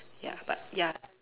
ya but ya